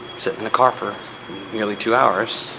sit in the car for nearly two hours,